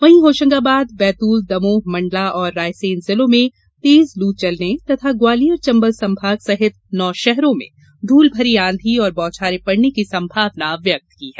वहीं होशंगाबाद बैतूल दमोह मण्डला और रायसेन जिलों में तेज लू चलने तथा ग्वालियर चंबल संभाग सहित नौ शहरों मे धूलभरी आंधी और बौछारें पड़ने की संभावना व्यक्त की है